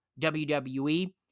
WWE